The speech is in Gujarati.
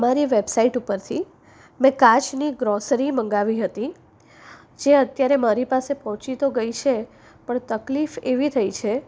તમારી વેબસાઇટ ઉપરથી મેં કાચની ગ્રોસરી મંગાવી હતી જે અત્યારે મારી પાસે પહોંચી તો ગઈ છે પણ તકલીફ એવી થઈ છે